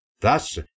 Thus